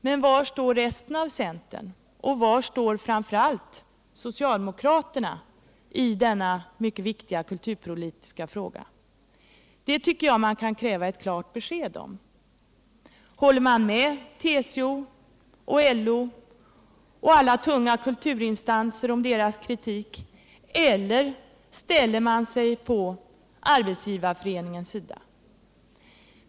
Men var står resten av centern och var står framför allt socialdemokraterna i denna mycket viktiga kulturpolitiska fråga? Det tycker jag man kan kräva ett klart besked om. Håller man med TCO och LO samt alla tunga kulturinstanser om deras kritik eller ställer man sig på Arbetsgivareföreningens sida? Herr talman!